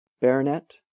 Baronet